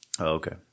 Okay